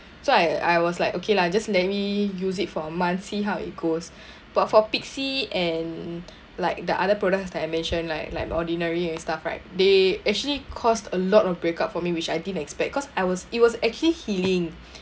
so I I was like okay lah just let me use it for months see how it goes but for Pixi and like the other products that I mentioned like like Ordinary and stuff right they actually caused a lot of break up for me which I didn't expect cause I was it was actually healing